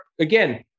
again